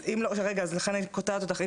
לכן אני קוטעת אותך,